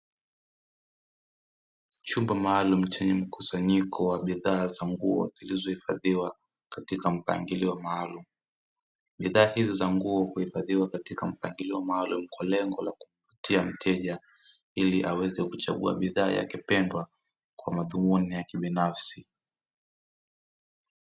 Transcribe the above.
Chumba maalumu chenye mkusanyiko wa bidhaa za nguo zilizohifadhiwa katika mpangilio maalumu, bidhaa hizo za nguo huhifadhiwa katika mpangilio maalumu ili kumvutia mteja ili aweze kuchagua bidhaa yake pendwa kwa madhumuni yake binafsi.